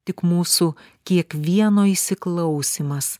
tik mūsų kiekvieno įsiklausymas